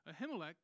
Ahimelech